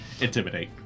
Intimidate